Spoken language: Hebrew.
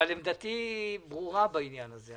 אבל עמדתי בעניין הזה ברורה.